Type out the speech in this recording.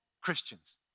Christians